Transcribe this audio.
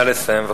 נא לסיים.